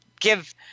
give